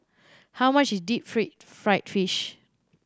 how much is deep free fried fish